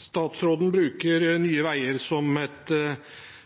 Statsråden bruker Nye Veier som et